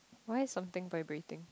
why something vibrating